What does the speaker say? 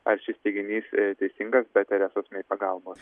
ar šis teiginys teisingas be teresos mei pagalbos